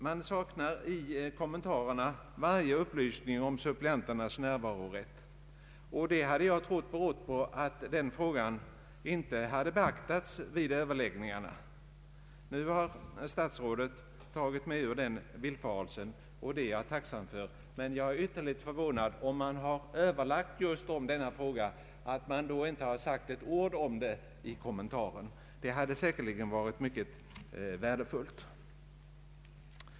Man saknar i kommentarerna varje upplysning om suppleanternas närvarorätt. Det har jag trott berodde på att den frågan inte hade beaktats vid överläggningarna. Statsrådet har nu tagit mig ur den villfarelsen, och det är jag tacksam för. Men om man har öÖöverlagt om just denna fråga är jag ytterligt förvånad över att det inte har sagts ett ord om detta i kommentarerna. Det hade säkerligen varit mycket värdefullt.